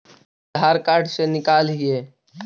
आधार card से निकाल हिऐ?